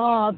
অঁ